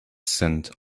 scent